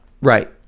Right